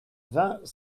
vingt